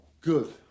Good